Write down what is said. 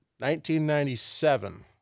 1997